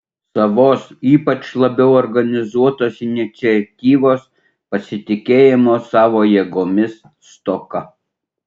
savos ypač labiau organizuotos iniciatyvos pasitikėjimo savo jėgomis stoka